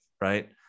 right